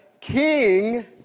king